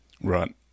Right